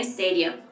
Stadium